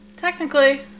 Technically